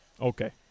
Okay